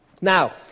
Now